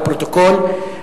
לפרוטוקול,